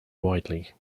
widely